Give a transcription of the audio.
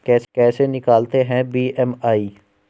कैसे निकालते हैं बी.एम.आई?